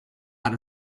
out